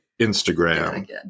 Instagram